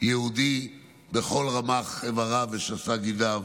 יהודי בכל רמ"ח איבריו ושס"ה גידיו.